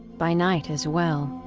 by night as well,